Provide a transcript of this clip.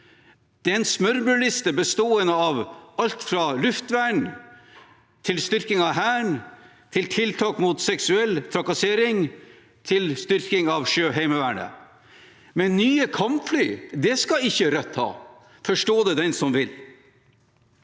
Det er en smørbrødliste bestående av alt fra luftvern og styrking av Hæren til tiltak mot seksuell trakassering og styrking av Sjøheimevernet, men nye kampfly skal ikke Rødt ha. Forstå det den som vil.